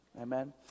Amen